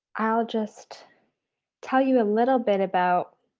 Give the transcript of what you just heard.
i'll just tell you a little bit about